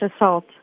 assault